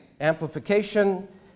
amplification